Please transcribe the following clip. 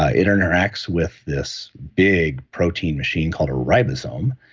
ah it interacts with this big protein machine called a ribosome,